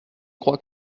crois